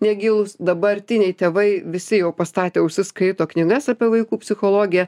negilūs dabartiniai tėvai visi jau pastatę ausis skaito knygas apie vaikų psichologiją